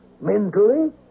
Mentally